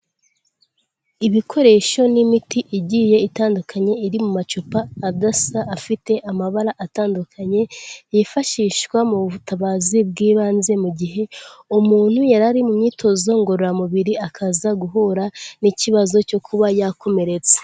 Ibikoresho n'imiti igiye itandukanye, iri mu macupa adasa, afite amabara atandukanye yifashishwa mu butabazi bw'ibanze, mu gihe umuntu yarari mu myitozo ngororamubiri akaza guhura n'ikibazo cyo kuba yakomeretse.